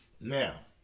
Now